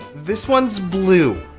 this one's blue.